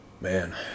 man